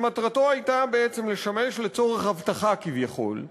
שמטרתו הייתה בעצם לשמש לצורך אבטחה כביכול,